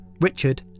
Richard